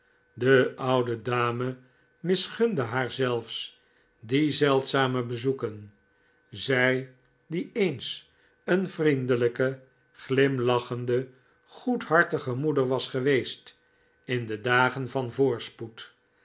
de oude dame misgunde haar zelfs die zeldzame bezoeken zij die eens een vriendelijke glimlachende goedhartige moeder was geweest in de dagen van voorspoed